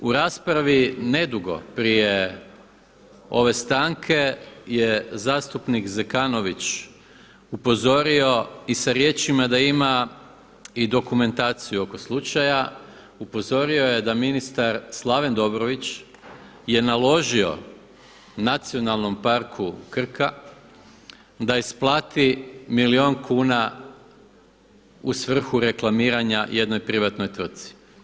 U raspravi nedugo prije ove stanke je zastupnik Zekanović upozorio i sa riječima da ima i dokumentaciju oko slučaja, upozorio je da ministar Slaven Dobrović je naložio Nacionalnom parku Krka da isplati milijun kuna u svrhu reklamiranja jednoj privatnoj tvrtci.